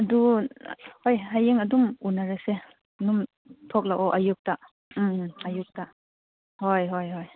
ꯑꯗꯨ ꯍꯣꯏ ꯍꯌꯦꯡ ꯑꯗꯨꯝ ꯎꯅꯔꯁꯦ ꯑꯗꯨꯝ ꯊꯣꯛꯂꯛꯑꯣ ꯑꯌꯨꯛꯇ ꯑꯌꯨꯛꯇ ꯍꯣꯏ ꯍꯣꯏ ꯍꯣꯏ